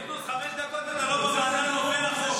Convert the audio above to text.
פינדרוס, חמש דקות אתה לא בוועדה, נופל החוק.